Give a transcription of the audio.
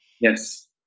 Yes